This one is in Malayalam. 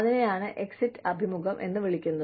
അതിനെയാണ് എക്സിറ്റ് അഭിമുഖം എന്ന് വിളിക്കുന്നത്